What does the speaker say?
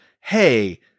hey